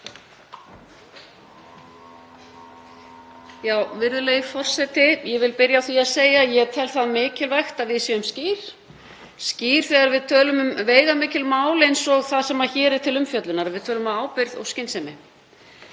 Virðulegi forseti. Ég vil byrja á því að segja að ég tel mikilvægt að við séum skýr þegar við tölum um veigamikil mál eins og það sem hér er til umfjöllunar, að við tölum af ábyrgð og skynsemi.